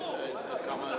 הם אישרו.